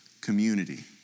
community